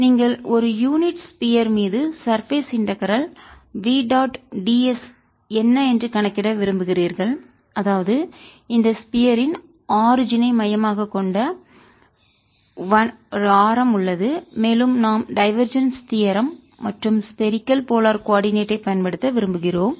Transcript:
நீங்கள் ஒரு unit sphere கோளத்தின் மீது surface integral v dot ds என்ன என்று கணக்கிட விரும்புகிறீர்கள் அதாவது இந்த ஸ்பியர் யின் ஆரிஜின் ஐ கோளத்தின் தோற்றத்தை மையமாகக் கொண்ட 1 ஆரம் உள்ளது மேலும் நாம் டைவர்ஜன்ஸ் தீயரம் தேற்றம் மற்றும் ஸ்பரிக்கல் போலார் கோள துருவ கோஆர்டினேட் பயன்படுத்த விரும்புகிறோம்